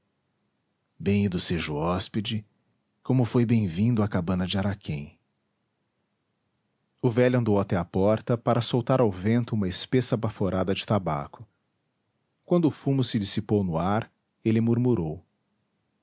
despedida bem ido seja o hóspede como foi bem-vindo à cabana de araquém o velho andou até a porta para soltar ao vento uma espessa baforada de tabaco quando o fumo se dissipou no ar ele murmurou